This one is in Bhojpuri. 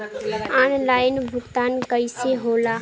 ऑनलाइन भुगतान कईसे होला?